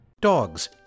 dogs